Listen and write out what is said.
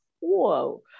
Whoa